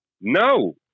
no